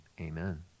amen